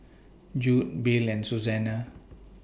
Jude Bill and Susana